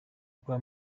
rwa